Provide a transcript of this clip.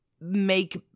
make